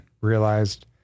realized